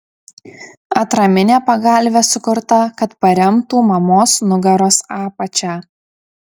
atraminė pagalvė sukurta kad paremtų mamos nugaros apačią